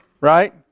Right